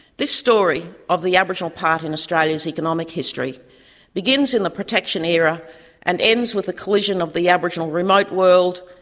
this story of the aboriginal part in australia's economic history begins in the protection era and ends with the collision of the aboriginal remote world,